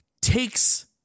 Takes